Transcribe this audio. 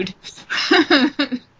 food